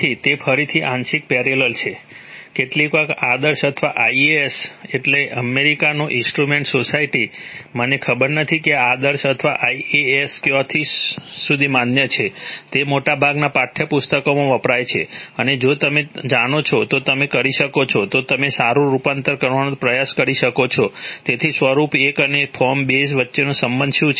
તેથી તે ફરીથી આંશિક પેરેલલ છે કેટલીકવાર આદર્શ અથવા ISA એટલે અમેરિકાનો ઇન્સ્ટ્રુમેન્ટ સોસાયટી મને ખબર નથી કે આ આદર્શ અથવા ISA ક્યાં સુધી માન્ય છે તે મોટાભાગના પાઠયપુસ્તકોમાં વપરાય છે અને જો હવે તમે જાણો છો તો તમે કરી શકો છો તો તમે સાચું રૂપાંતર કરવાનો પ્રયાસ કરી શકો છો તેથી સ્વરૂપ એક અને ફોર્મ બે વચ્ચેનો સંબંધ શું છે